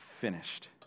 finished